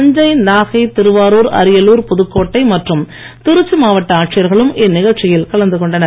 தஞ்சை நாகை திருவாரூர் அரியலூர் புதுக்கோட்டை மற்றும் திருச்சி மாவட்ட ஆட்சியர்களும் இந்நிகழ்ச்சியில் கலந்து கொண்டனர்